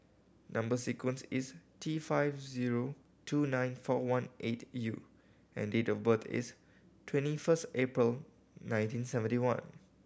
number sequence is T five zero two nine four one eight U and date of birth is twenty first April nineteen seventy one